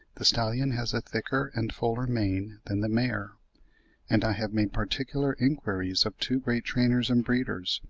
the stallion has a thicker and fuller mane than the mare and i have made particular inquiries of two great trainers and breeders,